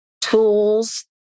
tools